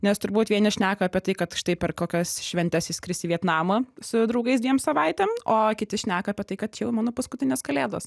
nes turbūt vieni šneka apie tai kad štai per kokias šventes išskris į vietnamą su draugais dviem savaitėm o kiti šneka apie tai kad čia jau mano paskutinės kalėdos